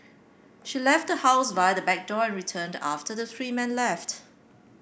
she left the house via the back door returned after the three men left